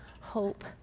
hope